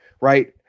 right